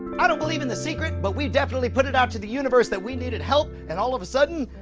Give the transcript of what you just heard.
i don't believe in the secret, but we definitely put it out to the universe that we needed help and all of a sudden,